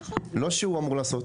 לא שהוא אמור לעשות.